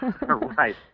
Right